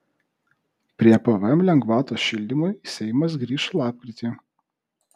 prie pvm lengvatos šildymui seimas grįš lapkritį